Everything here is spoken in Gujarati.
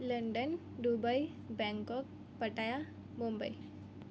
London Dubai Bangkok Pattaya Mumbai